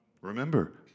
Remember